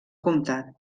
comtat